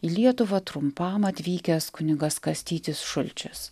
į lietuvą trumpam atvykęs kunigas kastytis šulčius